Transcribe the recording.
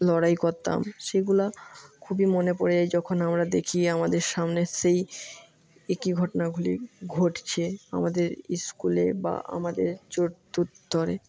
লড়াই করতাম সেইগুলা খুবই মনে পড়ে যায় যখন আমরা দেখি আমাদের সামনে সেই একই ঘটনাগুলি ঘটছে আমাদের স্কুলে বা আমাদের